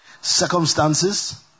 circumstances